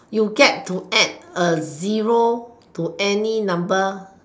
you get to add a zero to any number